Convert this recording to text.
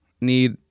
need